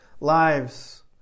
Lives